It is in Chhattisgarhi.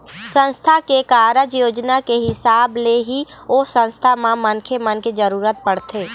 संस्था के कारज योजना के हिसाब ले ही ओ संस्था म मनखे मन के जरुरत पड़थे